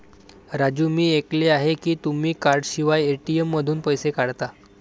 राजू मी ऐकले आहे की तुम्ही कार्डशिवाय ए.टी.एम मधून पैसे काढता